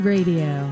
Radio